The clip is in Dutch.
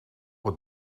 het